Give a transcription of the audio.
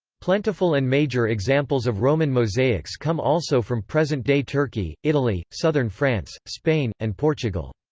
plentiful and major examples of roman mosaics come also from present-day turkey, italy, southern france, spain, and portugal.